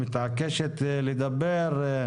שמתעקשת לדבר.